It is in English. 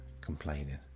complaining